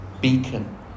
beacon